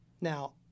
Now